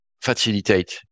facilitate